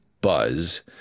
Buzz